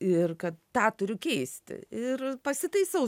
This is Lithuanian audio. ir kad tą turiu keisti ir pasitaisau